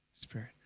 Spirit